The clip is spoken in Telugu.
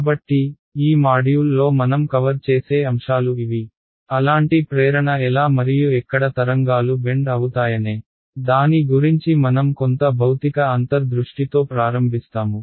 కాబట్టి ఈ మాడ్యూల్లో మనం కవర్ చేసే అంశాలు ఇవి అలాంటి ప్రేరణ ఎలా మరియు ఎక్కడ తరంగాలు బెండ్ అవుతాయనే దాని గురించి మనం కొంత భౌతిక అంతర్ దృష్టితో ప్రారంభిస్తాము